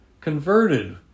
converted